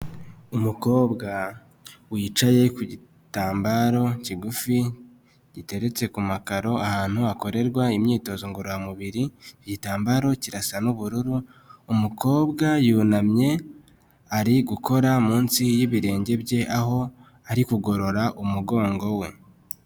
Umukobwa wicaye ku gitambaro kigufi giteretse ku makaro, ahantu hakorerwa imyitozo ngororamubiri, igitambaro kirasa n'ubururu, umukobwa yunamye, ari gukora munsi y'ibirenge bye, aho ari kugorora umugongo we.